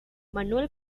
manuel